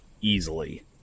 Easily